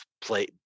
play